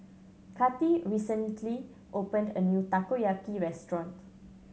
Kati recently opened a new Takoyaki restaurant